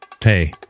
Hey